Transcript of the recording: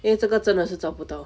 因为这个真的是找不到